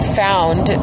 found